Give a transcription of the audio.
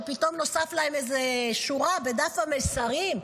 שפתאום נוספה להם איזו שורה בדף המסרים,